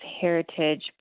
heritage